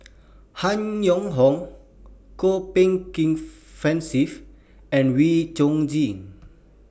Han Yong Hong Kwok Peng Kin Francis and Wee Chong Jin